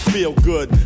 Feelgood